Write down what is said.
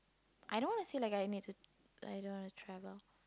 I don't wanna feel like I need to lie down and travel